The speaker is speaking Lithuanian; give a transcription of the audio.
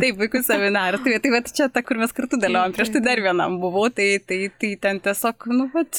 taip puikus seminaras tai tai vat čia ta kur mes kartu dėliojom prieš tai dar vienam buvau tai tai tai ten tiesiog nu vat